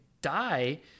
die